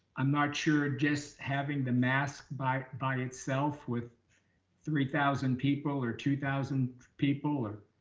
i'm not sure just having the mask by by itself with three thousand people or two thousand people or